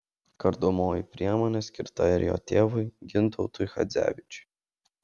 kardomoji priemonė skirta ir jo tėvui gintautui chadzevičiui